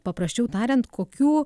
paprasčiau tariant kokių